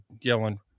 yelling